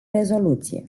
rezoluție